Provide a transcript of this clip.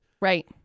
Right